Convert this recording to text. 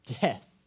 death